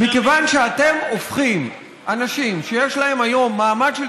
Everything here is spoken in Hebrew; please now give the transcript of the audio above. מכיוון שאתם הופכים אנשים שיש להם היום מעמד של